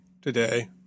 today